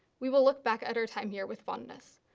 we will look back at our time here with fondness.